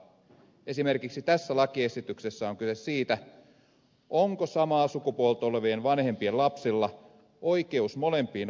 esimerkiksi tässä lakiesityksessä on kyse siitä onko samaa sukupuolta olevien vanhempien lapsilla oikeus molempiin vanhempiinsa